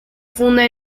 funda